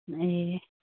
ए